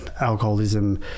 alcoholism